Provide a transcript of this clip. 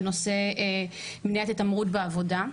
בנושא מניעת התעמרות בעבודה,